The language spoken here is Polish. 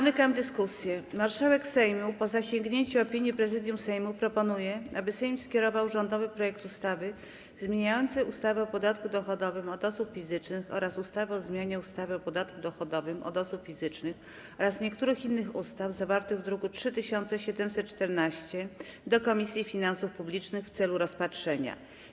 Marszałek Sejmu, po zasięgnięciu opinii Prezydium Sejmu, proponuje, aby Sejm skierował rządowy projekt ustawy zmieniającej ustawę o podatku dochodowym od osób fizycznych oraz ustawę o zmianie ustawy o podatku dochodowym od osób fizycznych oraz niektórych innych ustaw, zawarty w druku nr 3714, do Komisji Finansów Publicznych w celu rozpatrzenia.